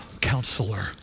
counselor